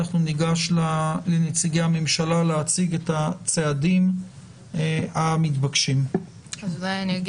נשמע את נציגי הממשלה שיציגו את הצעדים המתבקשים אני אומר